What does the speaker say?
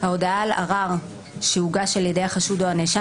ההודעה על ערר שהוגש על ידי החשוד או הנאשם